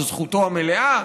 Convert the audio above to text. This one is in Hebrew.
זו זכותו המלאה.